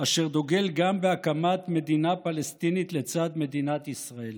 אשר דוגל גם בהקמת מדינה פלסטינית לצד מדינת ישראל.